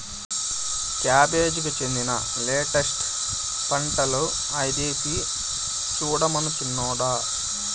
cabbage జాతికి చెందిన lettuce పంటలు ఐదేసి సూడమను సిన్నోడా